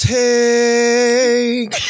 take